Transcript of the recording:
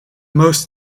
most